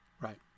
right